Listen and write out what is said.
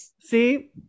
See